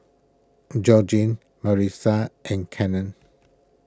Georgine Marisa and Cannon